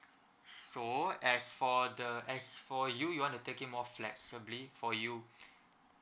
so as for the as for you you want to take it more flexibly for you